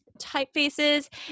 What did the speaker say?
typefaces